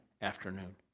afternoon